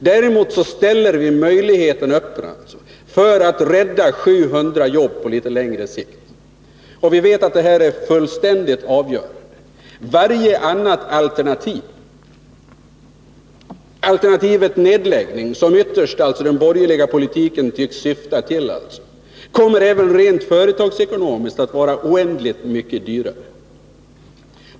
Däremot öppnar vi en möjlighet att rädda 700 jobb på litet längre sikt. Vi vet som sagt att det här är fullständigt avgörande. Alternativet nedläggning, som den borgerliga politiken ytterst tycks syfta till, kommer även rent företagsekonomiskt att bli oändligt mycket dyrare.